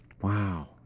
Wow